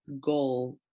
goal